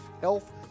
health